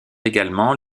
également